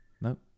Nope